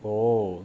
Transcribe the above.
oh